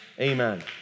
Amen